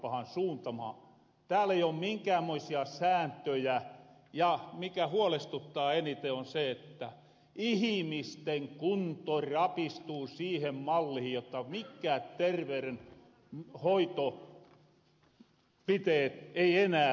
tääl ei ole minkään moisia sääntöjä ja mikä huolestuttaa eniten on se että ihimisten kunto rapistuu siihen mallihin jotta mikkään terveyrenhoitotoimenpiteet ei enää auta